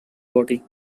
body